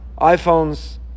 iphones